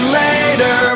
later